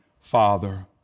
father